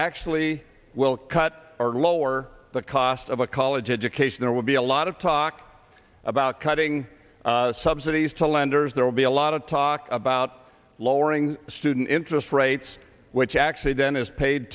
actually will cut or lower the cost of a college education there will be a lot of talk about cutting subsidies to lenders there will be a lot of talk about lowering student interest rates which actually then is paid